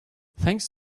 thanks